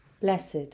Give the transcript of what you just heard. Blessed